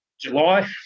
July